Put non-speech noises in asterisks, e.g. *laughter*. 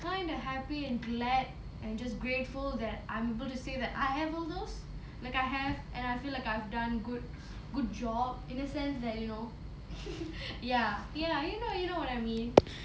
kind of happy and glad and just grateful that I'm able to say that I have all those like I have and I feel like I've done good good job in a sense that you know *laughs* ya ya you know you know what I mean